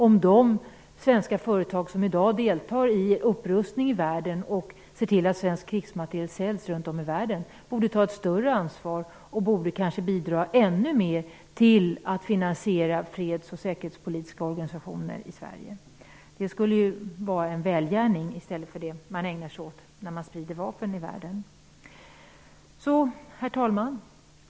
De svenska företag som i dag deltar till upprustning i världen genom att sälja svensk krigsmateriel runt om i världen borde ta ett större ansvar och kanske bidra ännu mer till att finansiera freds och säkerhetspolitiska organisationer i Sverige. Det skulle vara en välgärning, i stället för det som man ägnar sig åt när man sprider vapen i världen. Herr talman!